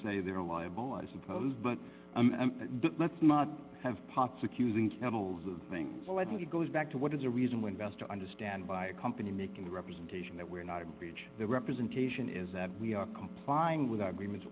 say they're liable i suppose but let's not have pots accusing channels of things well i think it goes back to what is a reason when best to understand by a company making the representation that we are not a bridge the representation is that we are complying with arguments